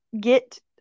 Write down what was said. get